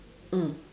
mm